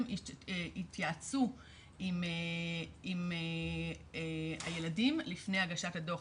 התייעצו עם הילדים לפני הגשת הדו"ח.